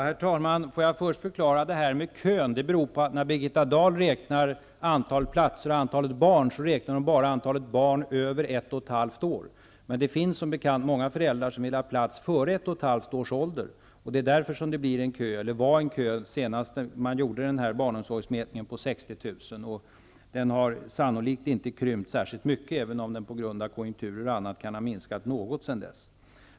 Herr talman! Låt mig för det första förklara det här med kön. När Birgitta Dahl räknar antalet platser och antalet barn, räknar hon bara antalet barn över ett och ett halvt år. Men det finns som bekant många föräldrar som vill ha plats för sina barn före ett och ett halvt års ålder. Det är därför som det blir en kö eller var en kö på 60 000 när man senast gjorde barnomsorgsmätningen, och den kön har sannolikt inte krympt särskilt mycket, även om den på grund av konjunkturer och annat kan ha minskat något sedan dess.